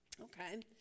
Okay